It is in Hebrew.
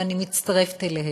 ואני מצטרפת אליהן.